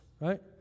right